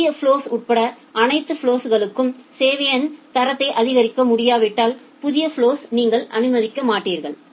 எனவே புதிய ஃபலொஸ்கள் உட்பட அனைத்து ஃபலொஸ்களும் சேவையின் தரத்தை ஆதரிக்க முடியாவிட்டால் புதிய ஃபலொஸ் நீங்கள் அனுமதிக்க மாட்டீர்கள்